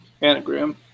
Anagram